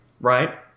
Right